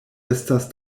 estas